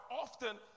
often